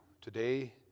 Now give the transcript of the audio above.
today